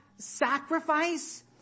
sacrifice